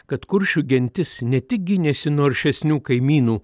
kad kuršių gentis ne tik gynėsi nuo aršesnių kaimynų